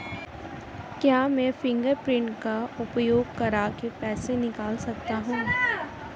क्या मैं फ़िंगरप्रिंट का उपयोग करके पैसे निकाल सकता हूँ?